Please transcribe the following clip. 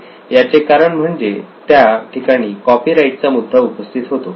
याचे कारण म्हणजे त्या ठिकाणी कॉपीराईट चा मुद्दा उपस्थित होतो